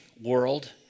world